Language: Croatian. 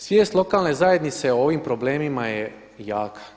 Svijest lokalne zajednice o ovim problemima je jaka.